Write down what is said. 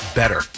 better